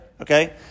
Okay